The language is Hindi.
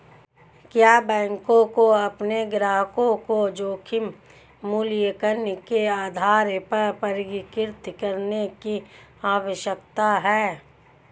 क्या बैंकों को अपने ग्राहकों को जोखिम मूल्यांकन के आधार पर वर्गीकृत करने की आवश्यकता है?